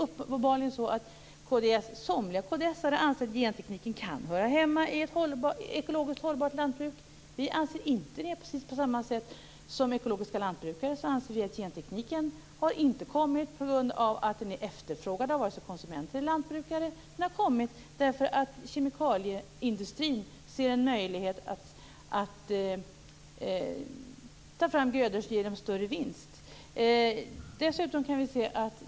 Uppenbarligen anser somliga kristdemokrater att gentekniken kan höra hemma i ett ekologiskt hållbart lantbruk. Vi anser inte det. Vi anser liksom ekologiska lantbrukare att gentekniken inte har kommit på grund av att den är efterfrågad av vare sig konsumenter eller lantbrukare. Den har kommit därför att kemikalieindustrin ser en möjlighet att ta fram grödor som ger större vinst.